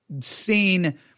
seen